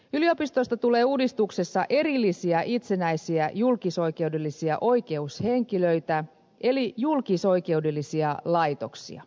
yliopistoista tulee uudistuksessa erillisiä itsenäisiä julkisoikeudellisia oikeushenkilöitä eli julkisoikeudellisia laitoksia